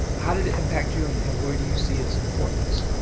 how did it impact you? and and where do you see its importance?